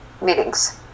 meetings